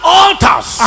altars